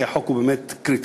כי החוק הוא באמת קריטי.